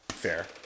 Fair